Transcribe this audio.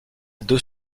deux